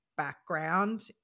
Background